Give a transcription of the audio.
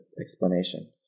explanation